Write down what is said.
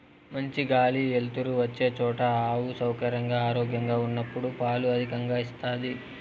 మంచి గాలి ఎలుతురు వచ్చే చోట ఆవు సౌకర్యంగా, ఆరోగ్యంగా ఉన్నప్పుడు పాలు అధికంగా ఇస్తాది